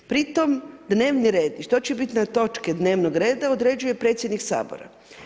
Pritom dnevni red, i što će biti na točke dnevnog reda, određuje predsjednik Sabora.